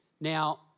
Now